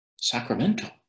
Sacramento